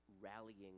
rallying